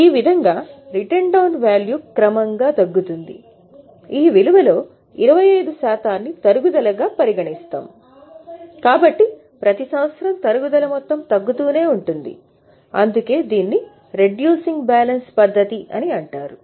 ఈ విధంగా written down value అని అంటారు